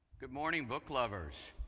good morning book lovers.